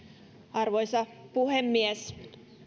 arvoisa puhemies